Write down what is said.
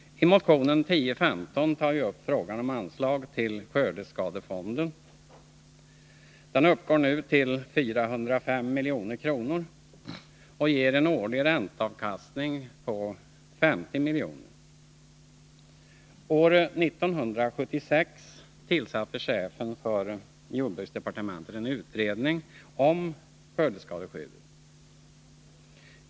I motion 1015 tar vi upp frågan om anslag till skördeskadefonden. Den uppgår nu till 405 milj.kr. och ger en årlig ränteavkastning på 50 milj.kr. År 1976 tillsatte chefen för jordbruksdepartementet en utredning om skördeskadeskyddet.